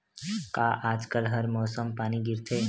का आज कल हर मौसम पानी गिरथे?